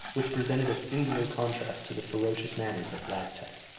which presented a singular contrast to the ferocious manners of the aztecs.